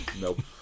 Nope